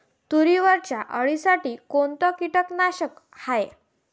तुरीवरच्या अळीसाठी कोनतं कीटकनाशक हाये?